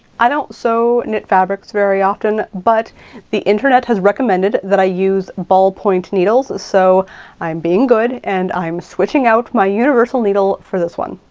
i don't sew knit fabrics very often, but the internet has recommended that i use ball point needles. so i'm being good and i'm switching out my universal needle for this one.